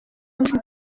azi